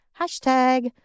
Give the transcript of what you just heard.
Hashtag